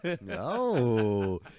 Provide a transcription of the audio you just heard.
no